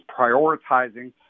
prioritizing